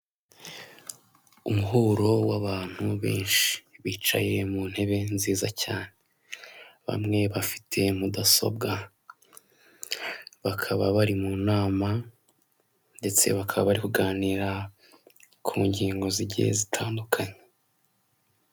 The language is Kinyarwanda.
Umuhuro w'abantu benshi bicaye mu ntebe nziza cyane bamwe bafite mudasobwa bakaba bari mu nama ndetse bakaba bari kuganira ku ngingo z'igihe zitandukanye.